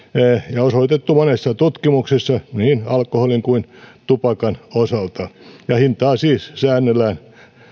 ja osoitettu monessa tutkimuksessa niin alkoholin kuin tupakan osalta ja hintaa siis säännellään